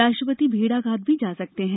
राष्ट्रपति भेड़ाघाट भी जा सकते हैं